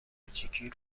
کوچیکی